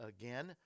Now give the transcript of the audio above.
again